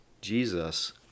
Jesus